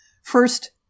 first